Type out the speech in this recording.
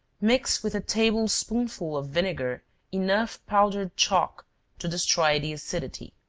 mix with a table-spoonful of vinegar enough powdered chalk to destroy the acidity.